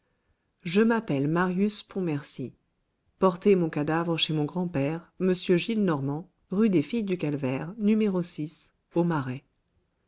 je m'appelle marius pontmercy porter mon cadavre chez mon grand-père m gillenormand rue des filles du calvaire no